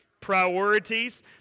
priorities